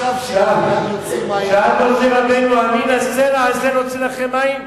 שאל משה רבנו, המן הסלע הזה נוציא לכם מים?